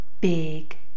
big